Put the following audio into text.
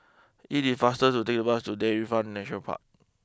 it is faster to take the bus to Dairy Farm Nature Park